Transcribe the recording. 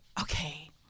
okay